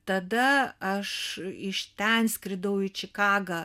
tada aš iš ten skridau į čikagą